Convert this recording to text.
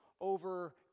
over